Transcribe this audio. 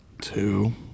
two